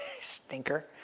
stinker